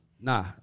Nah